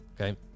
Okay